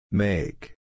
make